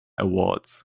awards